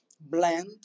blend